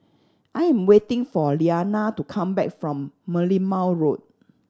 I am waiting for Lyana to come back from Merlimau Road